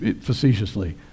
facetiously